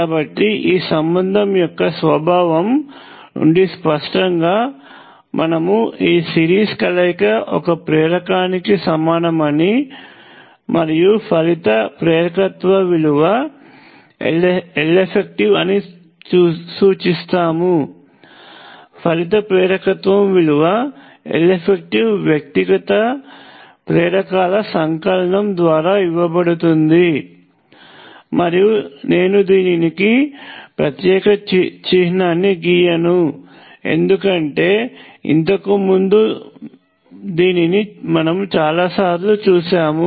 కాబట్టి ఈ సంబంధం యొక్క స్వభావం నుండి స్పష్టంగా మనము ఈ సిరీస్ కలయిక ఒక ప్రేరకానికి సమానమని మరియు ఫలిత ప్రేరకత్వం విలువ Leff అని సూచిస్తాము ఫలిత ప్రేరకత్వం విలువ Leff వ్యక్తిగత ప్రేరకాల సంకలనం ద్వారా ఇవ్వబడుతుంది మరియు నేను దీనికి ప్రత్యేక చిత్రాన్ని గీయను ఎందుకంటే ఇంతకు ముందు దీనిని మనము చాలాసార్లు చూశాము